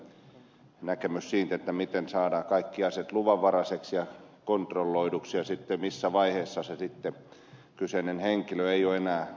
pulliaisen näkemys siitä miten saadaan kaikki aseet luvanvaraisiksi ja kontrolloiduiksi ja sitten missä vaiheessa kyseinen henkilö ei ole enää luvanvarainen